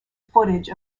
footage